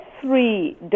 three